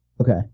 Okay